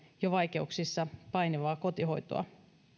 jo vaikeuksissa painivaa kotihoitoa